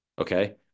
Okay